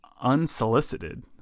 unsolicited